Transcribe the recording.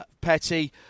Petty